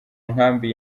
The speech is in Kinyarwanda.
nkambi